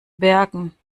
bergen